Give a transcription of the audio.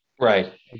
Right